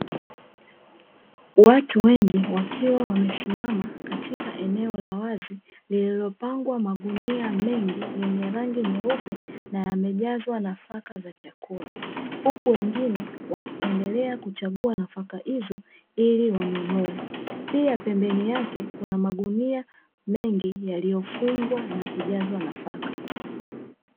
Watu wengi wakiwa wamesimama katika eneo la wazi lililopangwa magunia mengi yenye rangi nyeupe na yamejazwa nafaka za chakula, huku wengine wakiendelea kuchagua nafaka hizo ili wanunue, pia pembeni yake kuna magunia mengi yaliyofungwa na kujazwa nafaka.